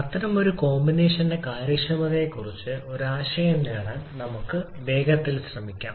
അത്തരമൊരു കോമ്പിനേഷന്റെ കാര്യക്ഷമതയെക്കുറിച്ച് ഒരു ആശയം നേടാൻ നമുക്ക് വേഗത്തിൽ ശ്രമിക്കാം